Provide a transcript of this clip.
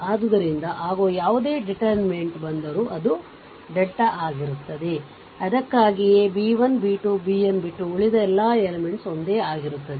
ಅದರಿಂದ ಆಗುವ ಯಾವುದೇ ಡಿಟೇರ್ಮಿನೆಂಟ್ ಬಂದರೂ ಅದು ಡೆಲ್ಟಾ ಆಗಿರುತ್ತದೆ ಅದಕ್ಕಾಗಿಯೇ b 1 b 2 bn ಬಿಟ್ಟು ಉಳಿದ ಎಲ್ಲಾ ಎಲಿಮೆಂಟ್ಸ್ಒಂದೇ ಆಗಿರುತ್ತವೆ